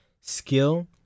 skill